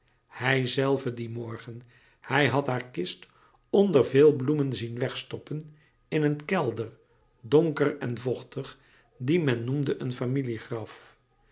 hijzelve dien morgen hij had haar kist onder veel bloemen zien wegstoppen in een kelder donker en vochtig dien men noemde een